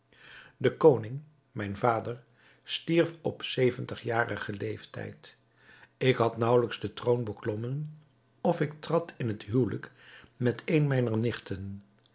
de koning mijn vader stierf op zeventigjarigen leeftijd ik had naauwelijks den troon beklommen of ik trad in het huwelijk met een mijner nichten